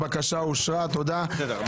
הבקשה אושרה פה אחד.